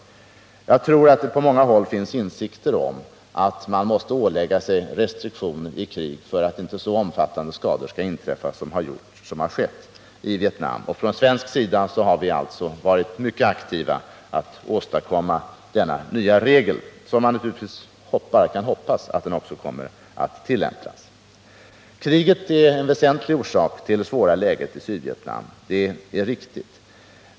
Jag tror det på många håll finns insikt om att man måste ålägga sig restriktioner vid krig för att inte så omfattande skador skall inträffa som skett i Vietnam. Från svensk sida har vi alltså varit mycket aktiva för att åstadkomma denna nya regel som vi naturligtvis också hoppas kommer att tillämpas. Kriget är en väsentlig orsak till det svåra läget i Sydvietnam, det är riktigt.